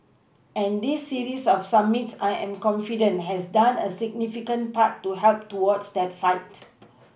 and this series of summits I am confident has done a significant part to help towards that fight